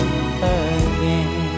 again